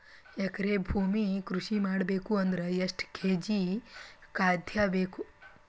ಎಕರೆ ಭೂಮಿ ಕೃಷಿ ಮಾಡಬೇಕು ಅಂದ್ರ ಎಷ್ಟ ಕೇಜಿ ಖಾದ್ಯ ಬೇಕು?